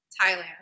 Thailand